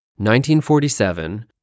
1947